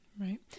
Right